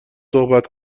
صحبت